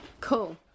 Cool